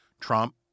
Trump